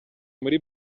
muri